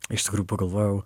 iš tikrųjų pagalvojau